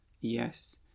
Yes